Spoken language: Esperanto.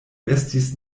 estis